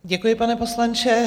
Děkuji, pane poslanče.